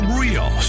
real